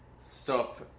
stop